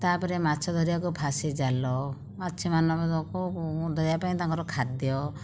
ତା'ପରେ ମାଛ ଧରିବାକୁ ଫାଶୀ ଜାଲ ମାଛ ମାନଙ୍କୁ ଧରିବାପାଇଁ ତାଙ୍କର ଖାଦ୍ୟ